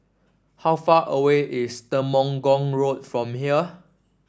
how far away is Temenggong Road from here